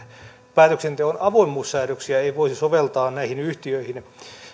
päätöksenteon avoimuussäädöksiä ei voisi soveltaa näihin yhtiöihin